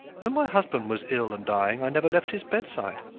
when my husband was ill and dying, i never left his bedside.